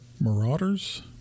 Marauders